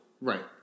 right